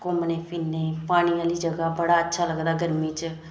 घुम्मनै फिरने गी पानियै आह्ली जगह बड़ा अच्छा लगदा गरमियें च